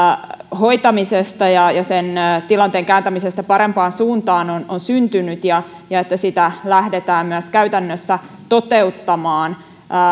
hoitamisesta ja ja tilanteen kääntämisestä parempaan suuntaan on on syntynyt ja ja että sitä lähdetään myös käytännössä toteuttamaan